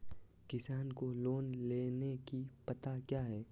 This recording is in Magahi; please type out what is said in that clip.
किसान को लोन लेने की पत्रा क्या है?